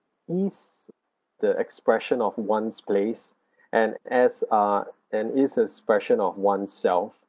is the expression of one's place and as ah and is a expression of oneself